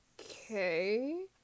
okay